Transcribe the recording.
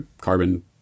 carbon